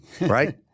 right